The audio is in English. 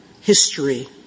history